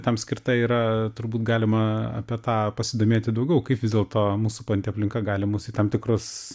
tam skirta yra turbūt galima apie tą pasidomėti daugiau kaip vis dėlto mūsų pati aplinka gali mus į tam tikrus